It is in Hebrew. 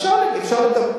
אפשר לבדוק.